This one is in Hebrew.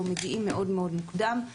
הם מגיעים מאוד-מאוד מוקדם.